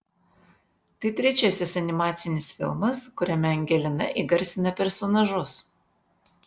tai trečiasis animacinis filmas kuriame angelina įgarsina personažus